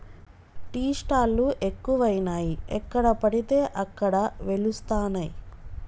tea stall లు ఎక్కువయినాయి ఎక్కడ పడితే అక్కడ వెలుస్తానయ్